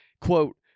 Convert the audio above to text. quote